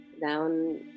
down